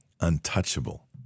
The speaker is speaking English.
untouchable